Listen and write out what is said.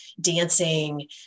dancing